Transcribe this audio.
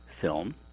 film